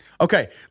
Okay